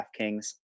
DraftKings